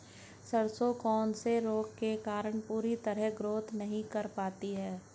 सरसों कौन से रोग के कारण पूरी तरह ग्रोथ नहीं कर पाती है?